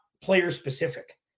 player-specific